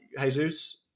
Jesus